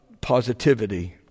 positivity